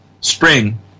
spring